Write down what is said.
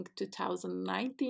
2019